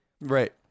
Right